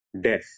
Death